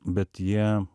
bet jie